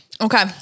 Okay